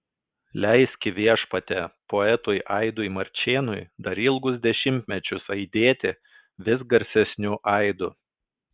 leiski viešpatie poetui aidui marčėnui dar ilgus dešimtmečius aidėti vis garsesniu aidu